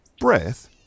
Breath